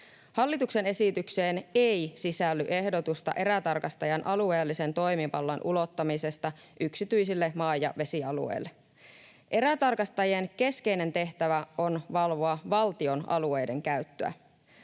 Hallituksen esitykseen ei sisälly ehdotusta erätarkastajan alueellisen toimivallan ulottamisesta yksityisille maa- ja vesialueille. Erätarkastajien keskeinen tehtävä on valvoa valtion alueiden käyttöä.